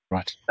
Right